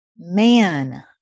Man